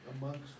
amongst